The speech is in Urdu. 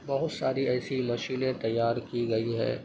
بہت ساری ایسی مشینیں تیار کی گئی ہیں